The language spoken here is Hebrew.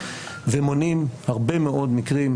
ומונעים הרבה מאוד מקרים,